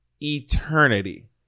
eternity